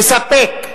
תספק,